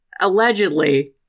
allegedly